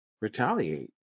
retaliate